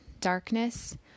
darkness